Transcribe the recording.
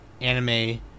anime